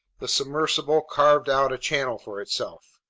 the submersible carved out a channel for itself.